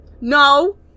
No